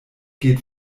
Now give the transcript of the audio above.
geht